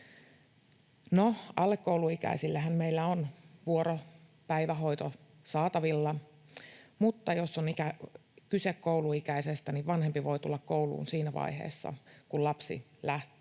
No, alle kouluikäisillehän meillä on vuoropäivähoito saatavilla. Mutta jos on kyse kouluikäisestä, niin vanhempi voi tulla kotiin siinä vaiheessa, kun lapsi lähtee